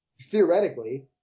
theoretically